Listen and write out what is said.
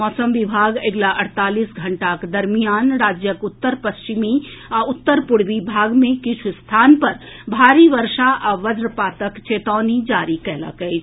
मौसम विभाग अगिला अड़तालीस घंटाक दरमियान राज्यक उत्तर पश्चिमी आ उत्तर पूर्वी भाग मे किछु स्थान पर भारी बर्षा आ वजपातक चेतावनी जारी कयलक अछि